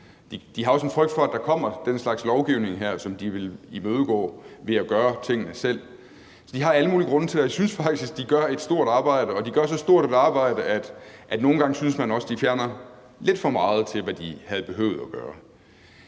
De har også en frygt for, at der kommer den her slags lovgivning, som de vil imødegå ved at gøre tingene selv. Så de har alle mulige grunde til det, og jeg synes faktisk, at de gør et stort arbejde, og de gør så stort et arbejde, at man nogle gange også synes, at de fjerner lidt for meget, i forhold til hvad de havde behøvet at gøre.